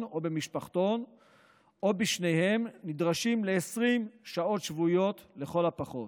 או במשפחתון או בשניהם נדרשים ל-20 שעות שבועיות לכל הפחות.